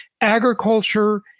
agriculture